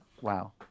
wow